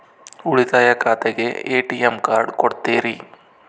ಉಳಿತಾಯ ಖಾತೆಗೆ ATM card ಕೊಡ್ತೇರಿ?